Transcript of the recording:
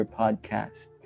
podcast